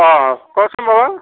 অঁ কওকচোন বাৰু